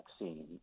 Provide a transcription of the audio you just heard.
vaccine